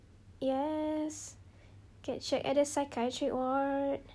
yes get checked at a psychiatric ward